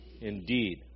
Indeed